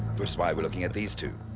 which is why we are looking at these two.